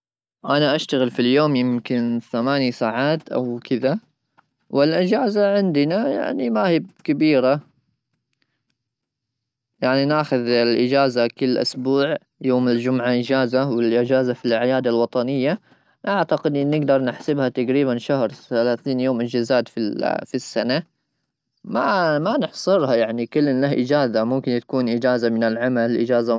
انا اشتغل في اليوم يمكن ثماني ساعات ,او كذا والاجازه عندنا يعني ما هي كبيره ,يعني ناخذ الاجازه كل اسبوع يوم الجمعه اجازه والاجازه في الاعياد الوطنيه اعتقد ان نقدر نحسبها تقريبا شهر ثلاثين يوم اجازات في السنه ما نحصرها يعني كلنا اجازه ممكن تكون اجازه من العمل.